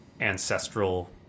ancestral